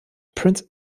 prinz